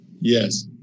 Yes